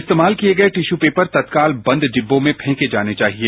इस्तेमाल किये गये टिश्यू पेपर तत्काल बंद डिब्बों में फेंके जाने चाहिए